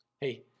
Hey